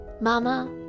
Mama